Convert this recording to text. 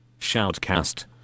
Shoutcast